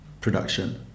production